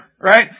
right